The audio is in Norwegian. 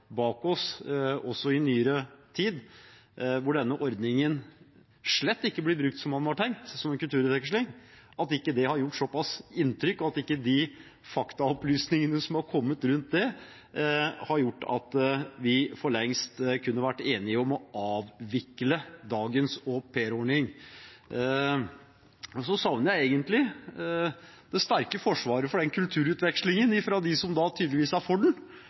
bak oss også i nyere tid på at denne ordningen slett ikke blir brukt som den var tenkt, som en kulturutveksling, ikke har gjort såpass inntrykk – og at ikke de faktaopplysningene som har kommet rundt det, har gjort – at vi for lengst kunne vært enige om å avvikle dagens aupairordning. Så savner jeg egentlig det sterke forsvaret for den kulturutvekslingen fra dem som da tydeligvis er for den.